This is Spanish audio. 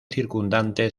circundante